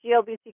GLBT